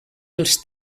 els